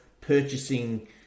purchasing